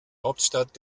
hauptstadt